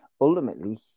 ultimately